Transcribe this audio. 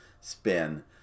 spin